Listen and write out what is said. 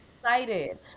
excited